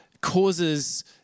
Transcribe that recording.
causes